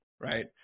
Right